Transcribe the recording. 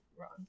wrong